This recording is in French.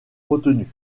retenu